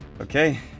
Okay